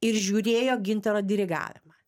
ir žiūrėjo gintaro dirigavimą